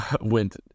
went